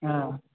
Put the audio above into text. हा